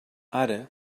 ara